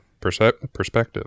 perspective